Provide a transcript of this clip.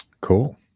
cool